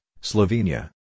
Slovenia